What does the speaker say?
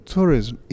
tourism